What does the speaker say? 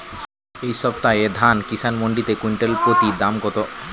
এই সপ্তাহে ধান কিষান মন্ডিতে কুইন্টাল প্রতি দাম কত?